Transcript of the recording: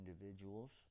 individuals